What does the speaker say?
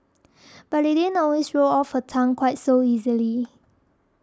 but it didn't always roll off her tongue quite so easily